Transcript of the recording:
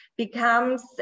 becomes